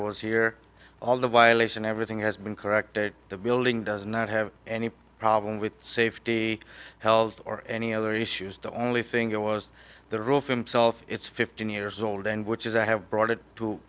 was here all the violation everything has been corrected the building does not have any problem with safety health or any other issues the only single was the roof himself it's fifteen years old and which is i have brought it to